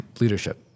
Leadership